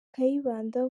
kayibanda